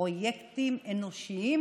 פרויקטים אנושיים,